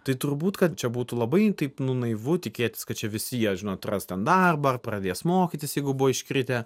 tai turbūt kad čia būtų labai taip nu naivu tikėtis kad čia visi jie žinot ras ten darbą pradės mokytis jeigu buvo iškritę